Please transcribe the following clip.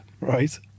Right